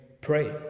pray